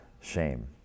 shame